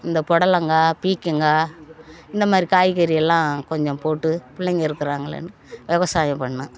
இந்த புடலங்கா பீக்கங்கா இந்தமாதிரி காய்கறியெல்லாம் கொஞ்சம் போட்டு பிள்ளைங்கள் இருக்கிறாங்களேனு விவசாயம் பண்ணும்